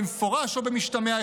במפורש או במשתמע,